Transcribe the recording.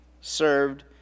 served